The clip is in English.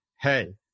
Hey